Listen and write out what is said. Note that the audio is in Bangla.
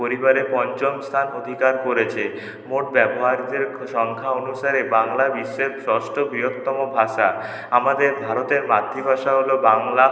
পরিবারে পঞ্চম স্থান অধিকার করেছে মোট ব্যবহার্যের সংখ্যা অনুসারে বাংলা বিশ্বের ষষ্ঠ বৃহত্তম ভাষা আমাদের ভারতের মাতৃভাষা হল বাংলা